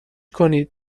کنید